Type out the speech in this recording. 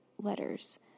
letters